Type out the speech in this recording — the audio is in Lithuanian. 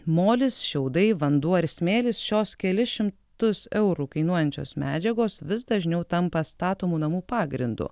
molis šiaudai vanduo ir smėlis šios kelis šimtus eurų kainuojančios medžiagos vis dažniau tampa statomų namų pagrindu